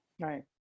Right